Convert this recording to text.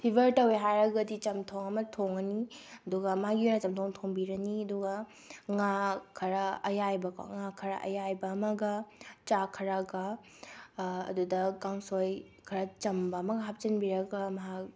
fever ꯇꯧꯏ ꯍꯥꯏꯔꯒꯗꯤ ꯆꯝꯊꯣꯡ ꯑꯃ ꯊꯣꯡꯉꯅꯤ ꯑꯗꯨꯒ ꯃꯥꯒꯤ ꯑꯣꯏꯅ ꯆꯝꯊꯣꯡ ꯊꯣꯡꯕꯤꯔꯅꯤ ꯑꯗꯨꯒ ꯉꯥ ꯈꯔ ꯑꯌꯥꯏꯕ ꯀꯣ ꯉꯥ ꯈꯔ ꯑꯌꯥꯏꯕ ꯑꯃꯒ ꯆꯥꯛ ꯈꯔꯒ ꯑꯗꯨꯗ ꯀꯥꯡꯁꯣꯏ ꯈꯔ ꯆꯝꯕ ꯑꯃꯒ ꯍꯥꯞꯆꯤꯟꯕꯤꯔꯒ ꯃꯍꯥꯛ